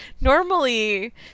normally